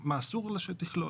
למה הנתון קריטי לדעתך?